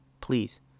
Please